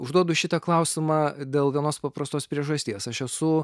užduodu šitą klausimą dėl vienos paprastos priežasties aš esu